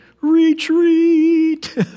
Retreat